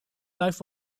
life